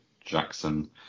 Jackson